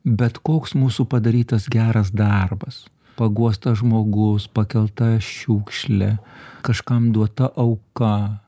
bet koks mūsų padarytas geras darbas paguostas žmogus pakelta šiukšlė kažkam duota auka